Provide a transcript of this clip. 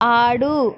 ఆడు